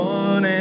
one